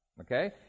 okay